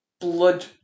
blood